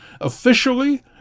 officially